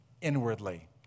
inwardly